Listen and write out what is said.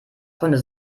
konnte